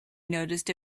noticed